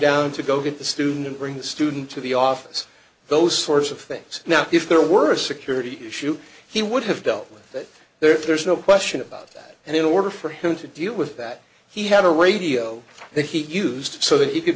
down to go get the student and bring the student to the office those sorts of things now if there were a security issue he would have dealt with that there's no question about that and in order for him to deal with that he had a radio that he used so that he could